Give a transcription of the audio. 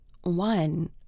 one